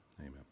Amen